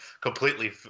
completely